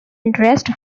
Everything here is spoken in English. interest